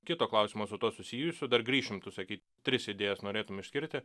kito klausimo su tuo susijusio dar grišim tu sakei tris idėjas norėtum išskirti